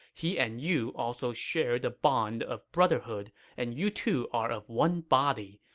he and you also share the bond of brotherhood and you two are of one body.